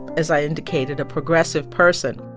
as i indicated, a progressive person.